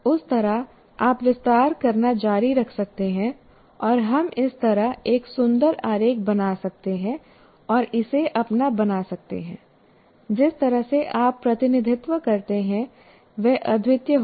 उस तरह आप विस्तार करना जारी रख सकते हैं और हम इस तरह एक सुंदर आरेख बना सकते हैं और इसे अपना बना सकते हैं जिस तरह से आप प्रतिनिधित्व करते हैं वह अद्वितीय होगा